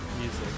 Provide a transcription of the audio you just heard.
music